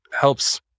helps